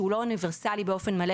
שהשימוש פה הוא לא אוניברסלי באופן מלא,